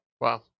wow